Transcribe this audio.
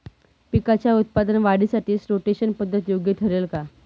पिकाच्या उत्पादन वाढीसाठी रोटेशन पद्धत योग्य ठरेल का?